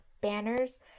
banners